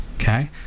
okay